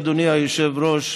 אדוני היושב-ראש,